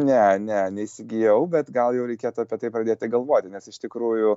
ne ne neįsigijau bet gal jau reikėtų apie tai pradėti galvoti nes iš tikrųjų